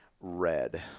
red